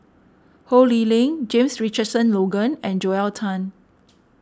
Ho Lee Ling James Richardson Logan and Joel Tan